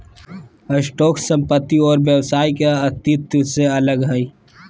stock संपत्ति और व्यवसाय के अस्तित्व से अलग हइ